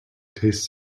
taste